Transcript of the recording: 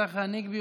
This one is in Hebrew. צחי הנגבי,